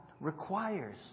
requires